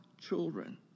children